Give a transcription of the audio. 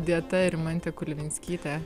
dieta rimantė kulvinskytė